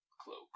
cloak